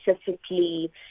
specifically